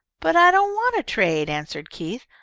but i don't want to trade, answered keith.